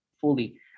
fully